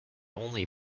only